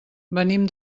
venim